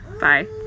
Bye